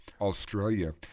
Australia